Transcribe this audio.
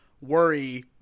worry